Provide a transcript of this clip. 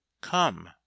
come